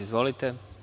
Izvolite.